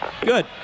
Good